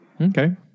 Okay